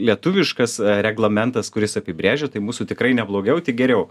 lietuviškas reglamentas kuris apibrėžia tai mūsų tikrai ne blogiau tik geriau